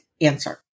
answer